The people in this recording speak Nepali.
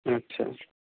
अच्छा